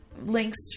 links